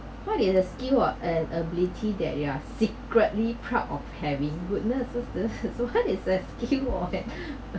what is the skill or an ability that you are secretly proud of having goodness this is so what is the skill or